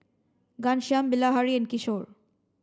Ghanshyam Bilahari and Kishore